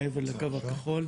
מעבר לקו הכחול,